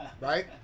right